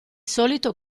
solito